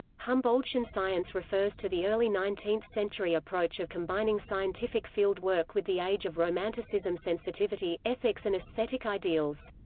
humboldtian science refers to the early nineteenth century approach of combining scientific field work with the age of romanticism sensitivity, ethics and aesthetic ideals.